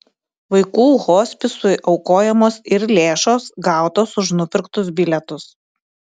vaikų hospisui aukojamos ir lėšos gautos už nupirktus bilietus